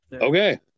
Okay